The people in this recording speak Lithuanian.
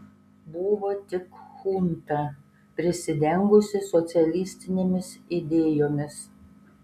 buvo tik chunta prisidengusi socialistinėmis idėjomis